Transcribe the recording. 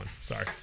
Sorry